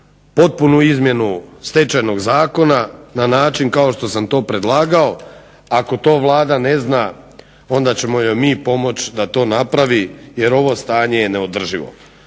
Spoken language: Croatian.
potpunu izmjenu Stečajnog zakona na način kao što sam to predlagao. Ako to Vlada ne zna onda ćemo joj mi pomoći da to napravi jer ovo stanje je neodrživo.